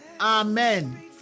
Amen